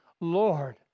Lord